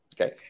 Okay